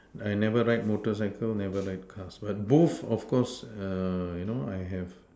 I never ride motorcycles never ride cars but both of course err you know I have